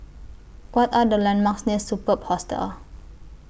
What Are The landmarks near Superb Hostel